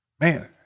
Man